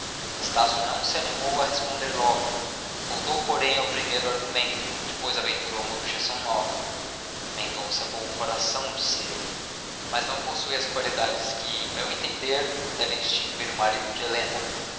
estácio não se animou a responder logo voltou porém ao primeiro argumento depois aventurou uma objeção nova mendonça é bom coração disse ele mas não possui as qualidades que em meu entender devem distinguir o marido de helena